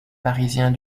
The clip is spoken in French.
parisiens